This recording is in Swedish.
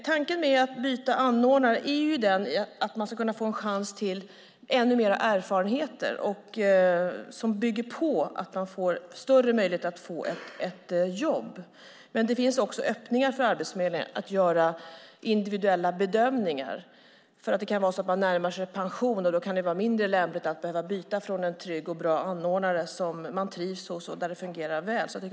Tanken med att byta anordnare är att man ska få en chans att bygga på med ännu mer erfarenheter som gör att man får större möjlighet att få ett jobb. Men det finns också öppningar för Arbetsförmedlingen att göra individuella bedömningar. Det kan vara så att man närmar sig pensionen, och då kan det vara mindre lämpligt att behöva byta från en trygg och bra anordnare som man trivs hos och där det fungerar väl.